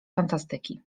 fantastyki